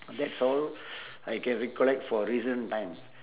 that's all I can recollect for recent time